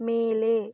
மேலே